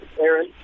Aaron